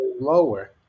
lower